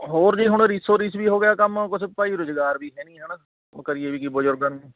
ਹੋਰ ਜੀ ਹੁਣ ਰੀਸੋ ਰੀਸ ਵੀ ਹੋ ਗਿਆ ਕੰਮ ਕੁਝ ਭਾਈ ਰੁਜ਼ਗਾਰ ਵੀ ਹੈ ਨਹੀਂ ਹੈ ਨਾ ਹੁਣ ਕਰੀਏ ਵੀ ਕੀ ਬਜ਼ੁਰਗਾਂ ਨੂੰ